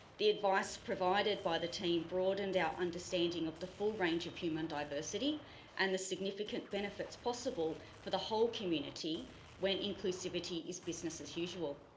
the advice provided by the team broadened our understanding of the full range of human diversity and the significant benefits possible for the whole community when inclusivity is business as usual.